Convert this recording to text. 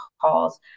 calls